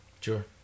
Sure